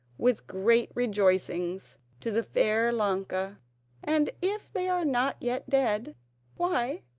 with great rejoicings, to the fair ilonka and if they are not yet dead why,